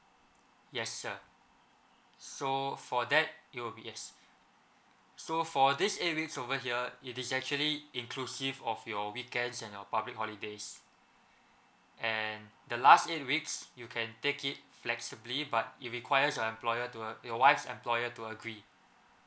yes sir so for that it will be yes so for this eight weeks over here it is actually inclusive of your weekends and the public holidays and the last eight weeks you can take it flexibly but it requires your employer your wife's employer to agree